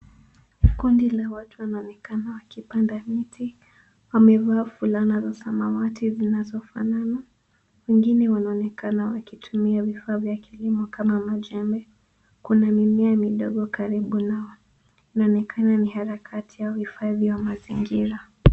Kundi la watu linaonekana likipanda miti. Wamevaa fulana za samawati zinazofanana. Wengine wanaonekana wakitumia vifaa vya kilimo kama majembe. Kuna mimea midogo karibu nao. Inaonekana ni harakati ya uhifadhi wa mazingira.